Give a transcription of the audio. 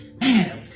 man